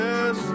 Yes